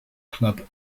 club